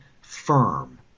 firm